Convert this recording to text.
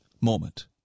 moment